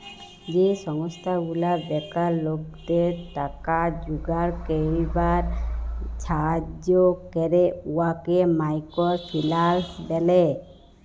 যে সংস্থা গুলা বেকার লকদের টাকা জুগাড় ক্যইরবার ছাহাজ্জ্য ক্যরে উয়াকে মাইকর ফিল্যাল্স ব্যলে